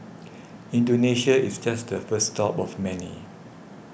Indonesia is just the first stop of many